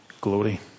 glory